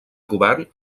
govern